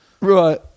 right